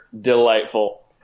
Delightful